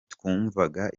twumvaga